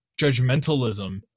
judgmentalism